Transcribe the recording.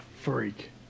freak